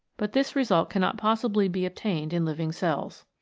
but this result cannot possibly be obtained in living cells.